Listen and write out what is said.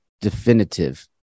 definitive